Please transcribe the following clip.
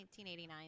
1989